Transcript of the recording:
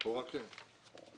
לכאורה כן.